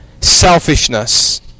selfishness